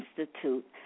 Institute